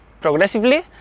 progressively